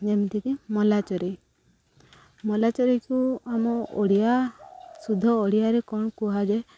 ଯେମିତିକି ମଲା ଚରେଇ ମଲା ଚରେଇକୁ ଆମ ଓଡ଼ିଆ ଶୁଦ୍ଧ ଓଡ଼ିଆରେ କ'ଣ କୁହାଯାଏ